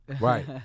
Right